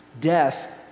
death